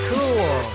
Cool